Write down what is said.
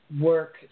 work